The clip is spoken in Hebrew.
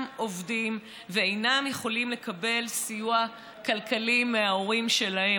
עובדים ואינם יכולים לקבל סיוע כלכלי מההורים שלהם.